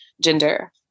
gender